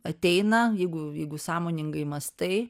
ateina jeigu jeigu sąmoningai mąstai